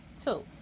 two